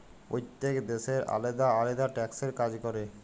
প্যইত্তেক দ্যাশের আলেদা আলেদা ট্যাক্সের কাজ ক্যরে